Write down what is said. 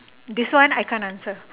this one I can't answer